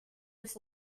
its